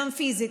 גם פיזית,